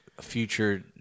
future